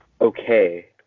okay